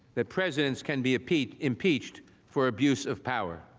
that presidents can be impeached impeached for abuse of power.